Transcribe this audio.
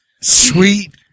sweet